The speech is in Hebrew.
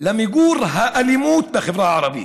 למיגור האלימות בחברה הערבית,